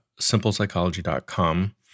simplepsychology.com